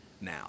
now